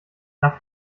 nach